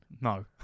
No